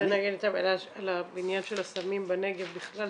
זה בעניין של הסמים בנגב בכלל,